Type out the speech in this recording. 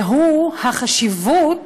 והוא החשיבות